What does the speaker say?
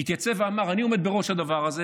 הוא התייצב ואמר: אני עומד בראש הדבר הזה